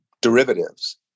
derivatives